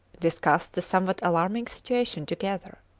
discussed the somewhat alarming situation together.